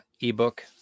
ebook